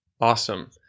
Awesome